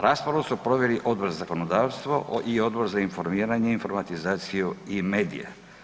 Raspravu su proveli Odbor za zakonodavstvo i Odbor za informiranje i informatizaciju i medije.